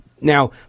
Now